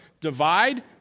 divide